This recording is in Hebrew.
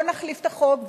בוא נחליף את החוק.